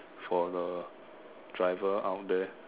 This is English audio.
for the driver out there